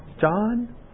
John